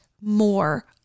more